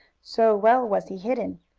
so well was he hidden.